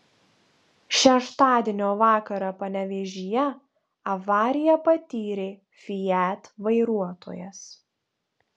šeštadienio vakarą panevėžyje avariją patyrė fiat vairuotojas